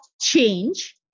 Change